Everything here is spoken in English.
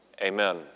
Amen